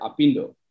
APINDO